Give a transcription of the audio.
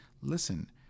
listen